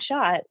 shot